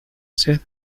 sed